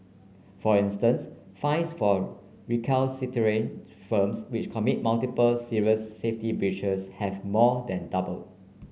for instance fines for recalcitrant firms which commit multiple serious safety breaches have more than doubled